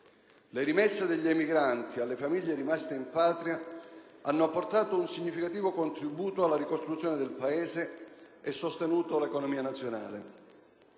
Le rimesse degli emigranti alle famiglie rimaste in patria hanno apportato un significativo contributo alla ricostruzione del Paese e sostenuto l'economia nazionale.